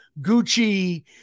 Gucci